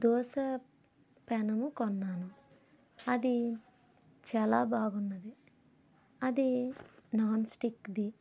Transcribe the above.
దోస పెనము కొన్నాను అది చాలా బాగుంది అది నాన్ స్టిక్ది